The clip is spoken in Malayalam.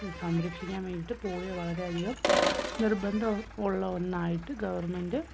സംരക്ഷിക്കാൻ വേണ്ടിയിട്ട് പോളിയോ വളരെയധികം നിർബന്ധം ഉള്ള ഒന്നായിട്ട് ഗവൺമെൻറ്